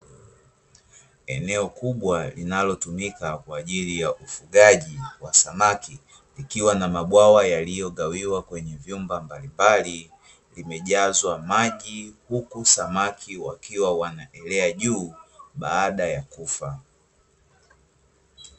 Eneo kubwa linalotumika kwa ajili ya ufugaji wa samaki, likiwa na mabwawa yaliyogawiwa kwenye vyumba mbalimbali, limejazwa maji huku samaki wakiwa wanaelea juu, baada ya kufa.